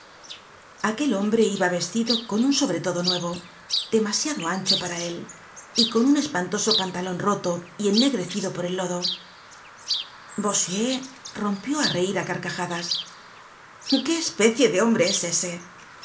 aquel hombre iba vestido con un sobretodo nuevo demasiado ancho para él y con un espantoso pantalon roto y ennegrecido por el lodo bossuet rompió á reir á carcajadas qué especie de hombre es ese